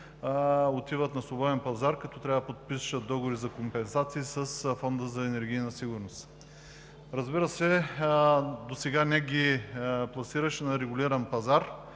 отиват на свободен пазар, като трябва да подпишат договори за компенсации с Фонда за енергийна сигурност. Разбира се, досега НЕК ги пласираше на регулиран пазар.